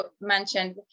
mentioned